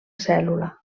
cèl·lula